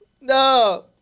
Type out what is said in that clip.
No